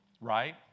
right